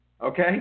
okay